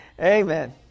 Amen